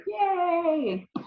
Yay